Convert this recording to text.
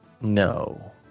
No